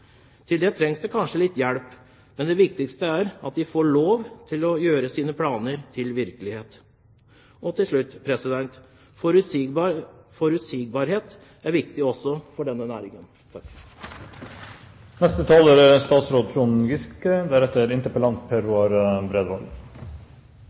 Til det trenger de kanskje litt hjelp, men det viktigste er at de får lov til å gjøre sine planer til virkelighet. Til slutt: Forutsigbarhet er viktig også for denne næringen. Det er